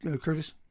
Curtis